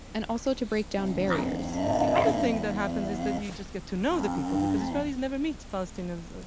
and also to break down barriers. the other thing that happens is that you just get to know the people, because israelis never meet palestinians.